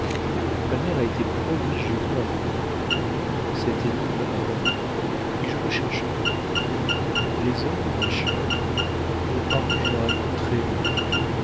ma mère a été prodigieusement admirée cette énigme a un mot et je le chercherai les hommes ma chère m'ont paru généralement très laids